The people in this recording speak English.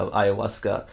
ayahuasca